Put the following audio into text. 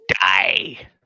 die